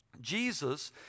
Jesus